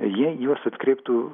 jie į juos atkreiptų